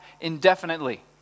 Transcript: indefinitely